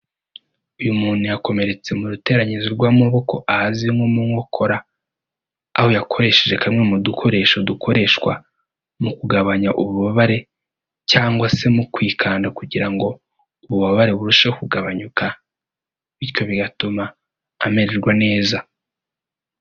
Uyu muntu yakomeretse mu ruteranyirizo rw'amaboko ahazwi nko mu nkokora aho yakoresheje kamwe mu dukoresho dukoreshwa mu kugabanya ububabare cyangwa se mu kwikanda kugira ngo ububabare burusheho kugabanyuka bityo bigatuma amererwa neza.